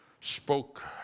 spoke